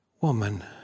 Woman